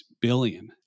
billion